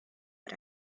but